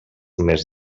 més